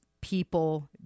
people